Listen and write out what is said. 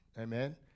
Amen